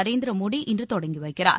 நரேந்திர மோடி இன்று தொடங்கி வைக்கிறார்